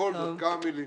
בכל זאת, כמה מילים.